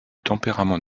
tempérament